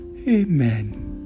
Amen